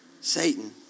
Satan